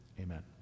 Amen